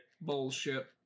Bullshit